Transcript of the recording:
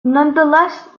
nonetheless